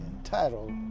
Entitled